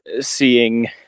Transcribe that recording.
seeing